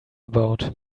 about